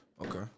Okay